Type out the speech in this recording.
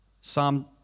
Psalm